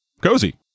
Cozy